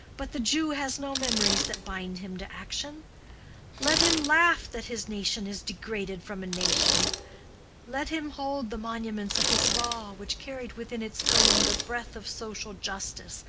but the jew has no memories that bind him to action let him laugh that his nation is degraded from a nation let him hold the monuments of his law which carried within its frame the breath of social justice,